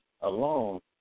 alone